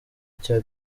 cya